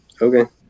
Okay